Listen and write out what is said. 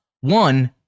one